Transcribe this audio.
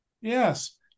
Yes